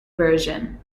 version